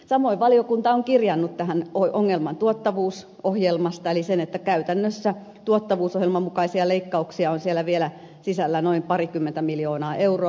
samoin valiokunta on kirjannut tähän ongelman tuottavuusohjelmasta eli sen että käytännössä tuottavuusohjelman mukaisia leikkauksia on siellä vielä sisällä noin parikymmentä miljoonaa euroa